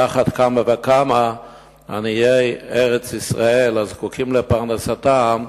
על אחת כמה וכמה עניי ארץ-ישראל, הזקוקים לפרנסתם,